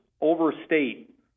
overstate